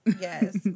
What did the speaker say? yes